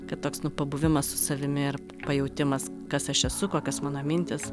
kad toks nu pabuvimas su savimi ir pajautimas kas aš esu kokios mano mintys